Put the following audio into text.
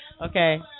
Okay